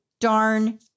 darn